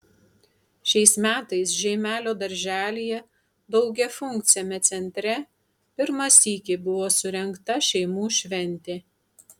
šiais metais žeimelio darželyje daugiafunkciame centre pirmą sykį buvo surengta šeimų šventė